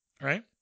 right